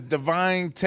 Divine